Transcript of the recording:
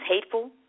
hateful